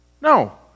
No